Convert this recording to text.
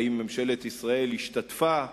האם ממשלת ישראל השתתפה,